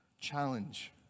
challenge